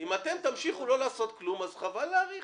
אם אתם תמשיכו לא לעשות כלום אז חבל בכלל להאריך.